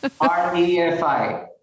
R-E-F-I